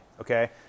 okay